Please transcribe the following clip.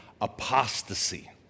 apostasy